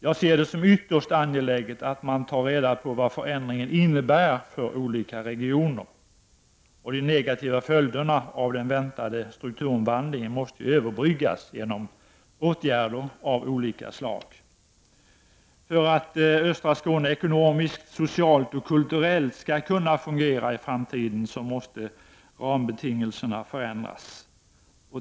Jag ser det som ytterst angeläget att man tar reda på vad förändringen innebär för olika regioner. De negativa följderna av den väntade strukturomvandlingen måste överbryggas genom olika slags åtgärder. För att östra Skåne ekonomiskt, socialt och kulturellt skall kunna fungera i framtiden måste rambetingelserna förändras.